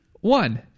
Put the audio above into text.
one